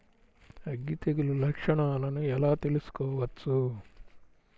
అగ్గి తెగులు లక్షణాలను ఎలా తెలుసుకోవచ్చు?